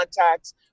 contacts